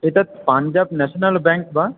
एतत् Punjab National Bank वा